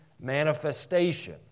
manifestation